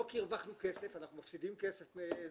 לא כי הרווחנו כסף, אנחנו מפסידים כסף.